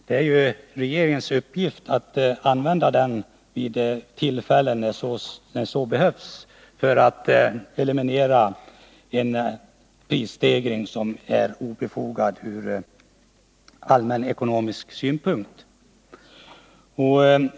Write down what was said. Det är ju regeringens uppgift att använda den vid de tillfällen när så behövs för att eliminera en prisstegring som är obefogad ur allmän ekonomisk synpunkt.